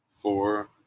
Four